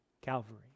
Calvary